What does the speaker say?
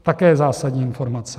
Také zásadní informace.